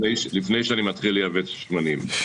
לפני שאני מתחיל לייבא את השמנים.